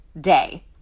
day